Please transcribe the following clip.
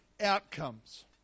outcomes